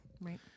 Right